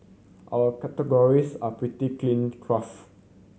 our categories are pretty cleaned craft